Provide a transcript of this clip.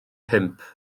pump